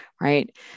right